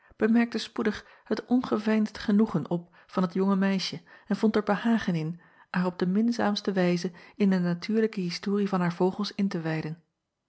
bemerkte spoedig het ongeveinsd genoegen op van het jonge meisje en vond er behagen in haar op de minzaamste wijze in de natuurlijke historie van haar vogels in te wijden